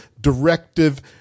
directive